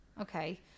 okay